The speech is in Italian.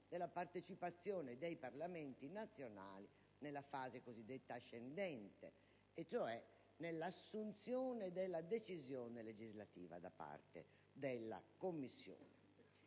della partecipazione dei Parlamenti nazionali nella fase cosiddetta ascendente, cioè nell'assunzione della decisione legislativa da parte della Commissione.